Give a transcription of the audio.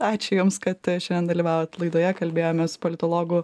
ačiū jums kad šiandien dalyvavot laidoje kalbėjomės su politologu